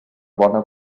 bona